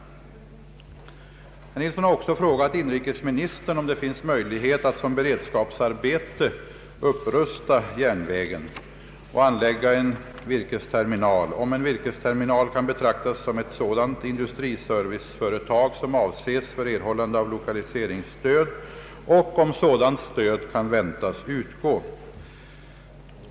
Herr Nilsson har också frågat inrikesministern, om det finns möjlighet att som beredskapsarbete upprusta järnvägen och anlägga en virkesterminal, om en virkesterminal kan betraktas som ett sådant industriserviceföretag som avses för erhållande av lokaliseringsstöd och om sådant stöd kan väntas utgå.